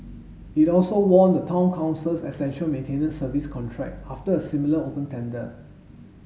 it also won the Town Council's essential maintenance service contract after a similar open tender